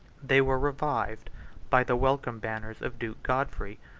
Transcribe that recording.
they were revived by the welcome banners of duke godfrey,